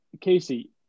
Casey